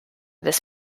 this